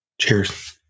Cheers